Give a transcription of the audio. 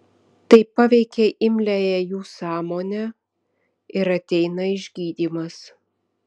tai paveikia imliąją jų sąmonę ir ateina išgydymas